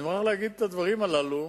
אני מוכרח להגיד את הדברים הללו.